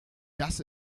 das